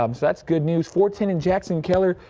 um so that's good news for ten and jackson keller,